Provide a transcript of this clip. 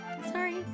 Sorry